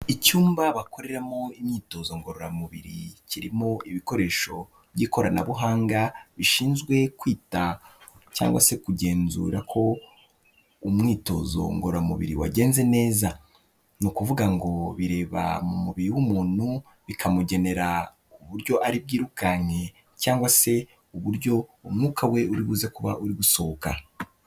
Icyumba bakoreramo imyitozo ngororamubiri kirimo ibikoresho by'ikoranabuhanga bishinzwe kwita cyangwa se kugenzura ko umwitozo ngororamubiri wagenze neza. Ni ukuvuga ngo bireba umubiri w'umuntu bikamugenera uburyo ari bwirukanye cyangwa se uburyo umwuka we uribuze kuba uri gusohoka.